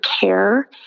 care